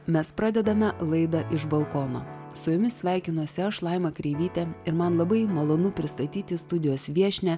mes pradedame laidą iš balkono su jumis sveikinuosi aš laima kreivytė ir man labai malonu pristatyti studijos viešnią